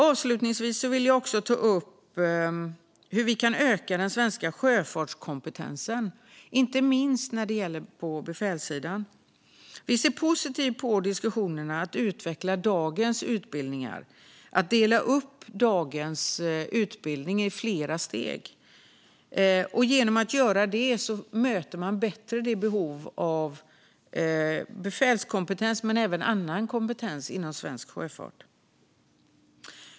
Avslutningsvis vill jag ta upp hur vi kan öka den svenska sjöfartskompetensen, inte minst på befälssidan. Vi ser positivt på diskussionen om att utveckla dagens utbildning och dela upp den i flera steg. Genom att göra det möter man bättre behovet av befälskompetens men även annan kompetens inom svensk sjöfart.